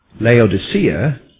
Laodicea